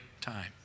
time